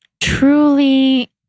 truly